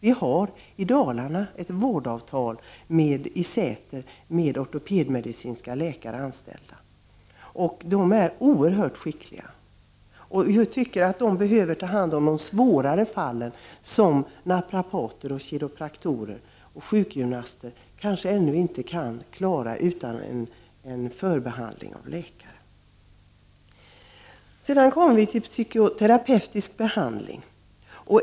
I Säter i Dalarna har man ett vårdavtal med ortoped-medicinska läkare anställda, och de är oerhört skickliga. Jag tycker att de skall ta hand om de svårare fallen, som naprapater, kiropraktorer och sjukgymnaster ännu inte kan klara utan en förbehandling av läkare. Sedan kommer vi till psykoterapeutisk behandling.